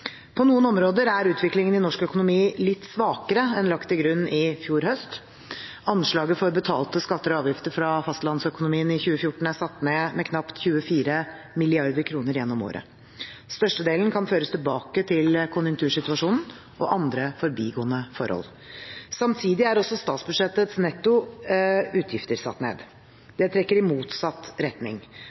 På noen områder er utviklingen i norsk økonomi litt svakere enn lagt til grunn i fjor høst. Anslaget for betalte skatter og avgifter fra fastlandsøkonomien i 2014 er satt ned med knapt 24 mrd. kr gjennom året. Størstedelen kan føres tilbake til konjunktursituasjonen og andre forbigående forhold. Samtidig er også statsbudsjettets netto utgifter satt ned. Det trekker i motsatt retning.